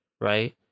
Right